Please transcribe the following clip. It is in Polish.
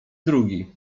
drugi